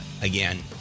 again